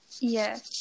yes